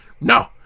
No